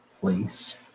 place